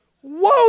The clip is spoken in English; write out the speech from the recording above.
Whoa